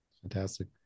Fantastic